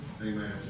Amen